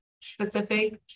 specific